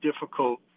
difficult